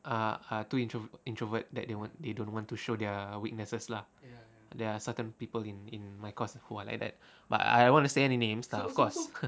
ah ah too intro~ introvert that they wan~ they don't want to show their weaknesses lah there are certain people in in my course who are like that but I don't want to say any names but of course